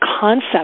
concept